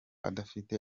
adafite